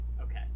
Okay